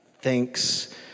thanks